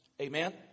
Amen